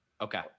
Okay